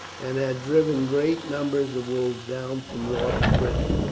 and had driven great numbers of wolves down from north britain.